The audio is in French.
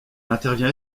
intervient